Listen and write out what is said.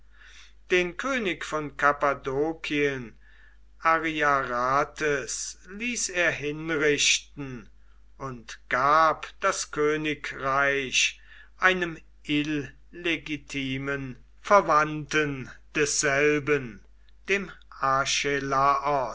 den könig von kappadokien ariarathes ließ er hinrichten und gab das königreich einem illegitimen verwandten desselben dem